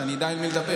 שאני אדע עם מי לדבר.